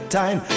time